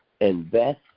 invest